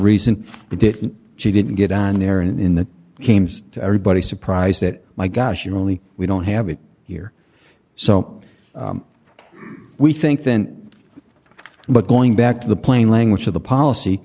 reason but it she didn't get on there and in that came to everybody surprised that my gosh you're only we don't have it here so we think then but going back to the plain language of the policy